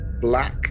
black